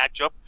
matchup